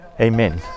amen